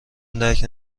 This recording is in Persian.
درک